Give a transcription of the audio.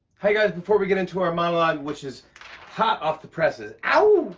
hi, guys. before we get into our monologue, which is hot off the presses ow!